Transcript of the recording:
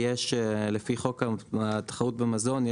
לפי חוק התחרות במזון,